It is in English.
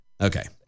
Okay